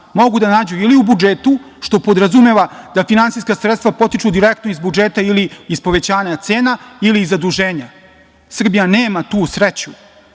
Mogu da nađu ili u budžetu, što podrazumeva da finansijska sredstva potiču direktno iz budžeta ili iz povećanja cena ili iz zaduženja. Srbija nema tu sreću